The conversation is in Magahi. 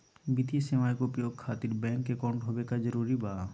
वित्तीय सेवाएं के उपयोग खातिर बैंक अकाउंट होबे का जरूरी बा?